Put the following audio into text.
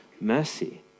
mercy